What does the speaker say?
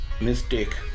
mistake